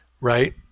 Right